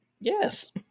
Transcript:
yes